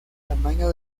tamaño